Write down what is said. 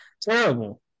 terrible